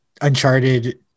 uncharted